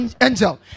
angel